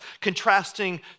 contrasting